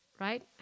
right